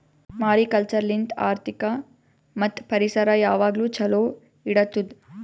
mariculture ಲಿಂತ್ ಆರ್ಥಿಕ ಮತ್ತ್ ಪರಿಸರ ಯಾವಾಗ್ಲೂ ಛಲೋ ಇಡತ್ತುದ್